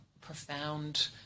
profound